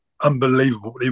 unbelievable